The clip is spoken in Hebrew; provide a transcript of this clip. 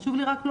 חשוב לי לומר: